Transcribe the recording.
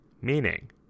Meaning